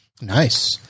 Nice